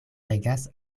regas